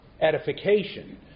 edification